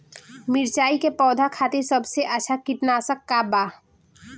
मिरचाई के पौधा खातिर सबसे अच्छा कीटनाशक का बा?